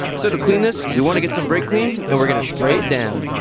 so to clean this we want to get some brake clean and we're going to spray it down.